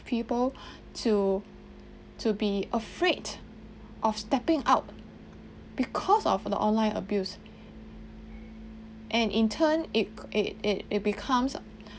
people to to be afraid of stepping out because of the online abuse and in turn it it it it becomes